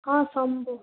ହଁ ସବୁ